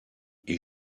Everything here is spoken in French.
est